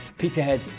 Peterhead